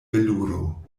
veluro